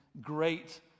great